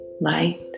light